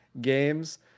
games